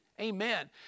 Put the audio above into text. Amen